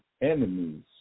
enemies